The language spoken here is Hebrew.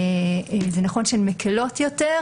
זה נכון שהן מקלות יותר.